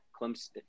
Clemson